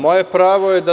Moje pravo je da